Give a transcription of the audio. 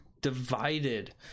divided